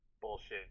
bullshit